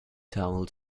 towel